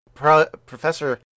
Professor